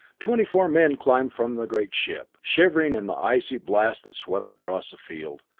twenty-four men climbed from the great ship, shivering in the icy blast that swept across the field,